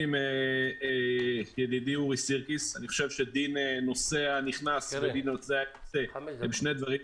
יש ארבעה אברכים שנמצאים עכשיו בסיני, הם צריכים